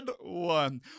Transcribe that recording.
one